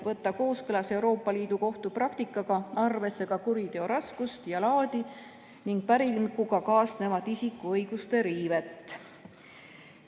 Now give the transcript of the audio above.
võtta kooskõlas Euroopa Liidu Kohtu praktikaga arvesse ka kuriteo raskust ja laadi ning päringuga kaasnevat isikuõiguste riivet.